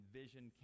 vision